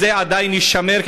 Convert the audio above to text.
האם זה עדיין יישמר,